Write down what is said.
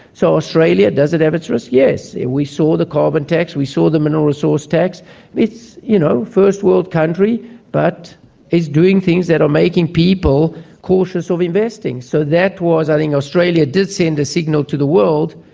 so australia, does it have its risks? yes. we saw the carbon tax, we saw the mineral resource tax it's a you know first world country but it's doing things that are making people cautious of investing. so that was, i think, australia did send a signal to the world,